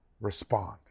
Respond